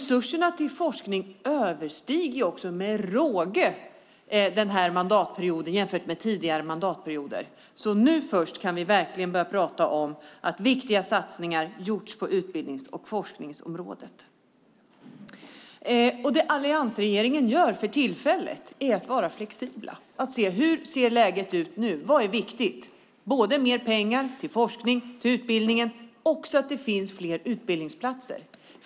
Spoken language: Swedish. Resurserna till forskning den här mandatperioden överstiger med råge resurserna under tidigare mandatperioder. Nu först kan vi verkligen börja prata om att viktiga satsningar har gjorts på utbildnings och forskningsområdet. Det alliansregeringen för tillfället gör är att vara flexibel och fråga: Hur ser läget ut nu? Vad är viktigt? Det handlar både om mer pengar till forskning och utbildning och om att det finns fler utbildningsplatser.